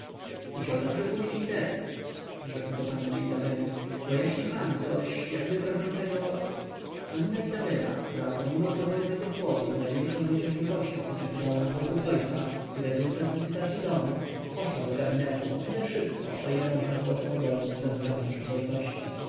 musiał dobrze pójść interes rzekł do panny izabeli bo jaśnie pan coś jakby trochę tego panna izabela która mimo pozornego chłodu z największą niecierpliwością oczekiwała na powrót ojca i rezultat licytacyi domu poszła do gabinetu o tyle szybko o ile można to było pogodzić z zasadami przyzwoitości